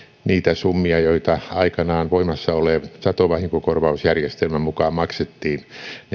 niitä summia joita aikanaan voimassa olevan satovahinkokorvausjärjestelmän mukaan maksettiin